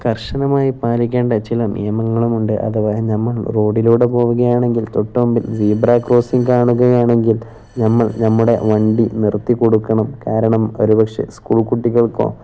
കർശനമായി പാലിക്കേണ്ട ചില നിയമങ്ങളുമുണ്ട് അഥവാ നമ്മൾ റോഡിലൂടെ പോവുകയാണെങ്കിൽ തൊട്ടുമുമ്പിൽ സീബ്ര ക്രോസിങ് കാണുകയാണെങ്കിൽ നമ്മൾ നമ്മുടെ വണ്ടി നിർത്തിക്കൊടുക്കണം കാരണം ഒരുപക്ഷേ സ്കൂൾ കുട്ടികൾക്കോ